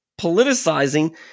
politicizing